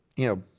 you know,